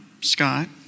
Scott